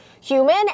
human